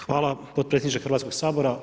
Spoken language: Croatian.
Hvala potpredsjedniče Hrvatskog sabora.